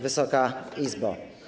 Wysoka Izbo!